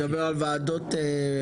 אתה מדבר על וועדות מקומיות,